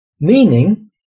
meaning